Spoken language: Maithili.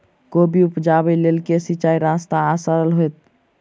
कोबी उपजाबे लेल केँ सिंचाई सस्ता आ सरल हेतइ?